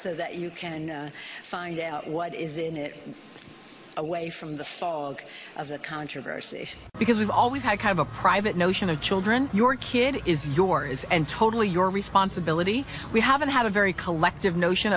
so that you can find out what is in it away from the fog of the controversy because you've always had kind of a private notion of children your kid is your is and totally your responsibility we haven't had a very collective notion